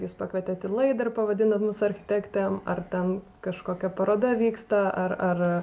jūs pakvietėt į laidą ir pavadinot mus architektėm ar ten kažkokia paroda vyksta ar ar